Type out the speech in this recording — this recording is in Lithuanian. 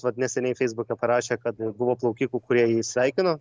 vat neseniai feisbuke parašė kad buvo plaukikų kurie jį sveikino